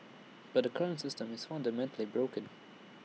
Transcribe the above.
but the current system is fundamentally broken